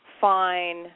Fine